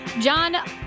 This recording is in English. John